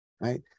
right